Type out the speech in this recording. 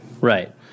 Right